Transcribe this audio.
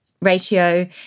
ratio